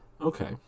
Okay